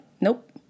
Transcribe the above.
nope